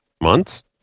Months